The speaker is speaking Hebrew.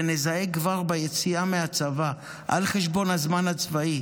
ונזהה כבר ביציאה מהצבא על חשבון הזמן הצבאי.